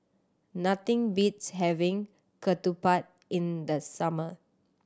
nothing beats having ketupat in the summer